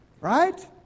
Right